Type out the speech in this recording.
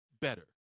better